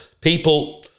people